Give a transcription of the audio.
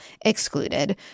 excluded